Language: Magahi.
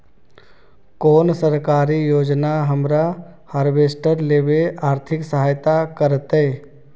कोन सरकारी योजना हमरा हार्वेस्टर लेवे आर्थिक सहायता करतै?